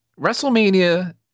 Wrestlemania